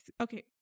Okay